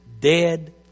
dead